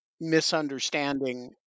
misunderstanding